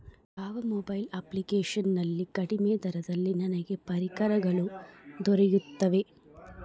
ಯಾವ mobile application ನಲ್ಲಿ ಕಡಿಮೆ ದರದಲ್ಲಿ ನನಗೆ ಪರಿಕರಗಳು ದೊರೆಯುತ್ತವೆ?